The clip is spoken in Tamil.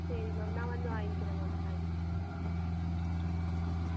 சரி மேம் நான் வந்து வாங்கிக்கிறேன் ma'am thank you ma'am ah okay